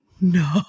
no